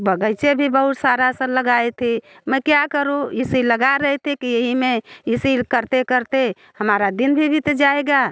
बग़ीचा भी बहुत सारा सा लगाए थे मैं क्या करूँ इसे लगा रहे थे कि यही में इसी करते करते हमारा दिन भी बीत जाएगा